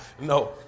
No